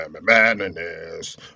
Madness